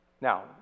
Now